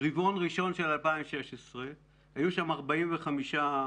רבעון ראשון של 2016. היו שם 45 אירועים,